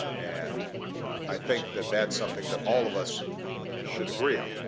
and i think that that's something that all of us should agree on.